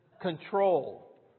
control